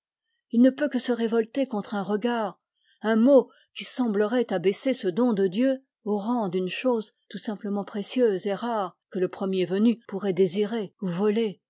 il ne peut que se révolter contre un regard un mot qui semblerait abaisser ce don de dieu au rang d'une chose tout simplement précieuse et rare que le premier venu peut désirer ou voler